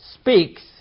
speaks